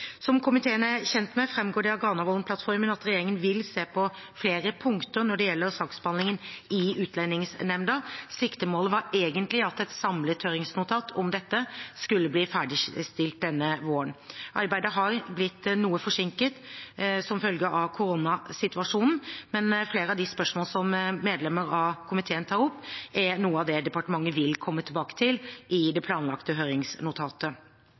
Som komiteen er kjent med, framgår det av Granavolden-plattformen at regjeringen vil se på flere punkter når det gjelder saksbehandlingen i Utlendingsnemnda. Siktemålet var egentlig at et samlet høringsnotat om dette skulle bli ferdigstilt denne våren. Arbeidet har blitt noe forsinket som følge av koronasituasjonen, men flere av de spørsmål som medlemmer av komiteen tar opp, er noe av det departementet vil komme tilbake til i det planlagte høringsnotatet.